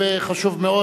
זה נושא חשוב מאוד.